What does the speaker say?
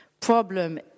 problem